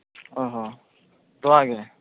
ᱦᱮᱸ ᱦᱮᱸ ᱛᱳᱣᱟ ᱜᱮ